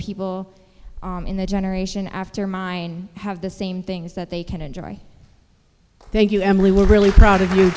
people in the generation after mine have the same things that they can enjoy thank you emily we're really proud of you